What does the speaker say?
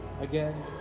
Again